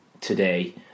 today